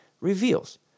reveals